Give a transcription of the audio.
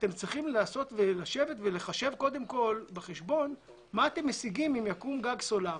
אתם צריכים קודם לחשב מה אתם משיגים אם יקום גג סולרי